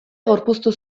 gorpuztu